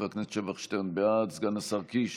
(הוראת שעה) (הגבלת פעילות של מוסדות המקיימים פעילות חינוך)